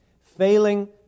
failing